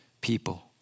people